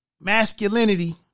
masculinity